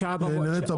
הבעיות.